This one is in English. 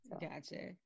Gotcha